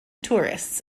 tourists